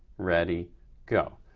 ready go.